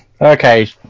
Okay